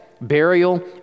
burial